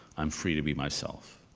i'm free to be myself.